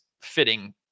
fitting